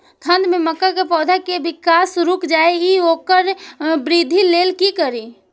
ठंढ में मक्का पौधा के विकास रूक जाय इ वोकर वृद्धि लेल कि करी?